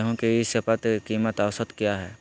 गेंहू के ई शपथ कीमत औसत क्या है?